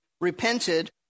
repented